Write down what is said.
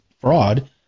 fraud